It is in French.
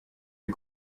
les